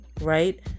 right